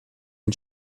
den